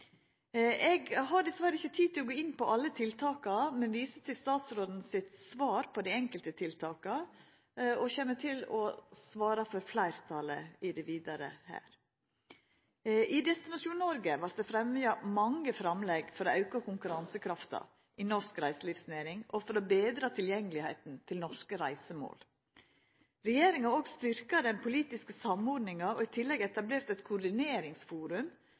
Eg har dessverre ikkje tid til å gå inn på alle tiltaka, men viser til statsråden sitt svar på dei enkelte tiltaka. Eg kjem til å svara for fleirtalet i det vidare her. I Destinasjon Norge vart det fremma mange framlegg for å auka konkurransekrafta i norsk reiselivsnæring og for å betra tilgjengelegheita til norske reisemål. Regjeringa har styrka den politiske samordninga og har i tillegg etablert eit